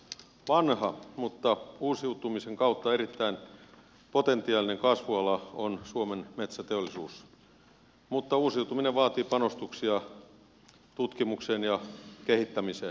vanha mutta uusiutumisen kautta erittäin potentiaalinen kasvuala on suomen metsäteollisuus mutta uusiutuminen vaatii panostuksia tutkimukseen ja kehittämiseen